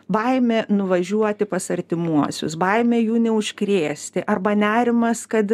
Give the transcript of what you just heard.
baimė nuvažiuoti pas artimuosius baimė jų neužkrėsti arba nerimas kad